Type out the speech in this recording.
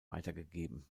weitergegeben